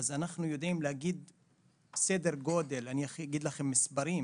אנחנו יודעים להגיד בסדר גודל אני אגיד לכם מספרים